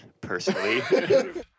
personally